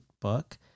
book